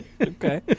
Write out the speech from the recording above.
Okay